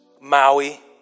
Maui